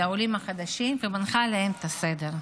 לעולים החדשים, ומנחה להם את הסדר.